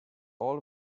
all